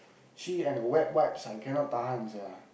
she and her wet wipes I cannot tahan sia